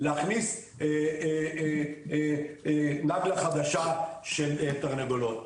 להכניס נגלה חדשה של תרנגולות.